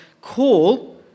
call